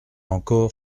encore